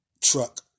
truck